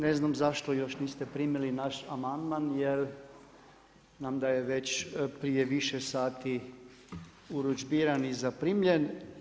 Ne znam zašto još niste primili naš amandman jer znam da je već prije više sati urudžbiran i zaprimljen.